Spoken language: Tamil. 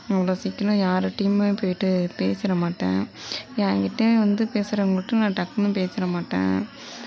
அவ்வளோ சீக்கிரம் யார்கிட்டையுமே போய்ட்டு பேசிற மாட்டேன் எங்கிட்ட வந்து பேசுகிறவங்கட்ட நான் டக்குனு பேசிற மாட்டேன்